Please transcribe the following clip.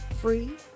free